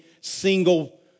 single